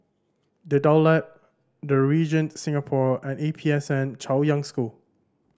The Daulat The Regent Singapore and A P S N Chaoyang School